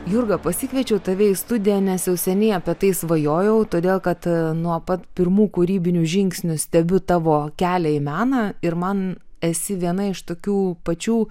jurga pasikviečiau tave į studiją nes jau seniai apie tai svajojau todėl kad nuo pat pirmų kūrybinių žingsnių stebiu tavo kelią į meną ir man esi viena iš tokių pačių